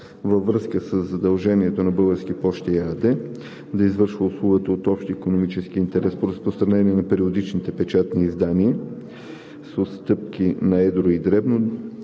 Във връзка със задължението на „Български пощи“ ЕАД да извършва услуга от общ икономически интерес по разпространение на периодични печатни издания, с отстъпки на едро и дребно,